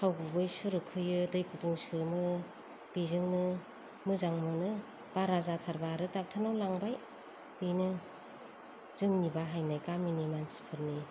थाव गुबै सुरुखोयो दै गुदुं सोमो बेजोंनो मोजां मोनो बारा जाथारबा आरो डक्टर नाव लांबाय बेनो जोंनि बाहायनाय गामिनि मानसिफोरनि